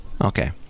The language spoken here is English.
Okay